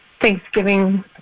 Thanksgiving